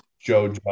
Joe